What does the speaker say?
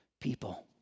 people